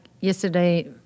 yesterday